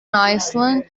islands